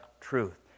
truth